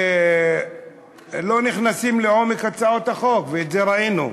שלא נכנסים לעומק הצעות החוק, ואת זה ראינו.